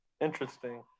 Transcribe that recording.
Interesting